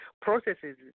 processes